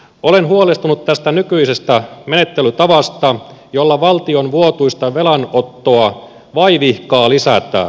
olen huolestunut tästä nykyisestä menettelytavasta jolla valtion vuotuista velanottoa vaivihkaa lisätään